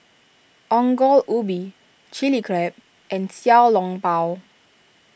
Ongol Ubi Chilli Crab and Xiao Long Bao